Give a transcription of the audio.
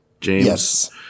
James